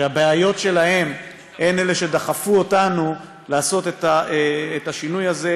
שהבעיות שלהם הן שדחפו אותנו לעשות את השינוי הזה,